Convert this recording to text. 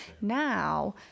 now